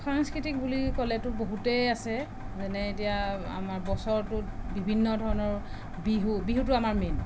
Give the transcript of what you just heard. সাংস্কৃতিক বুলি ক'লেতো বহুতেই আছে যেনে এতিয়া আমাৰ বছৰটোত বিভিন্ন ধৰণৰ বিহু বিহুটো আমাৰ মেইন